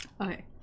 Okay